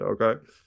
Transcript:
Okay